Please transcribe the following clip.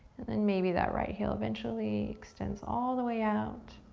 and then maybe that right heel eventually extends all the way out.